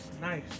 Nice